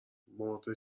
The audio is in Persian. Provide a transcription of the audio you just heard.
مرده